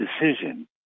decision